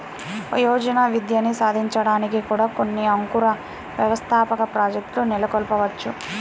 వయోజన విద్యని సాధించడానికి కూడా కొన్ని అంకుర వ్యవస్థాపక ప్రాజెక్ట్లు నెలకొల్పవచ్చు